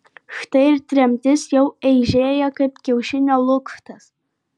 štai ir tremtis jau eižėja kaip kiaušinio lukštas